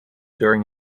during